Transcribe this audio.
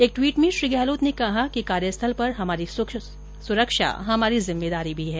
एक ट्वीट में श्री गहलोत ने कहा कि कार्यस्थल पर हमारी सुरक्षा हमारी जिम्मेदारी भी है